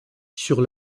sur